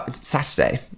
Saturday